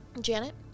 Janet